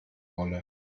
wolle